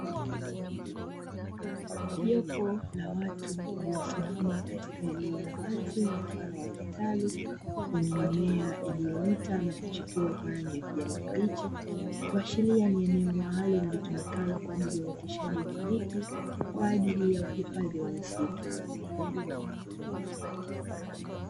Jopo la watu waliosimama katika eneo la wazi mfano wa kitalu lenye mimea iliyoota na kuchipua kwa rangi ya kijani kibichi, kuashiria ni eneo maalumu lilitumikalo kwa ajili ya uoteshaji wa miti kwa ajili ya uhifadhi wa misitu.